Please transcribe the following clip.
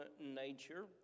nature